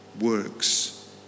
works